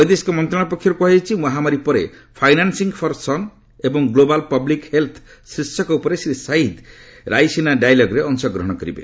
ବୈଦେଶିକ ମନ୍ତ୍ରଣାଳୟ ପକ୍ଷରୁ କୁହାଯାଇଛି ମହାମାରୀ ପରେ 'ଫାଇନାସିଂ ଫର୍ ସନ୍' ଏବଂ 'ଗ୍ଲୋବାଲ୍ ପବ୍ଲିକ୍ ହେଲ୍ଥ୍' ଶୀର୍ଷକ ଉପରେ ଶ୍ରୀ ସାହିଦ୍ ରାଇସିନା ଡାଇଲଗ୍ରେ ଅଂଶଗ୍ରହଣ କରିବେ